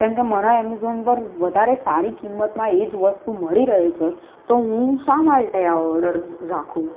કેમકે મને એમેઝોન પર વધારે સારી કિંમતમાં એ જ વસ્તુ મળી રહી છે તો હું શા માટે આ ઓર્ડર રાખું